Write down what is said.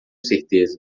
certeza